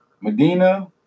Medina